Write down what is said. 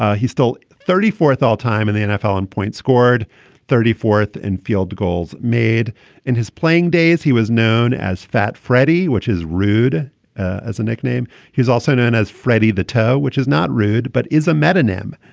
ah he stole thirty fourth all time in the nfl in points, scored thirty fourth and field goals made in his playing days. he was known as fat freddie, which is rude as a nickname. he's also known as freddie the toe, which is not rude but is a metronome.